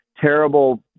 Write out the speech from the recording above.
terrible